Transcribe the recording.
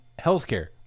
healthcare